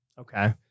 Okay